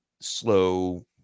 slow